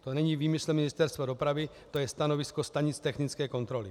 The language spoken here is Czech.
To není výmysl Ministerstva dopravy, to je stanovisko stanic technické kontroly.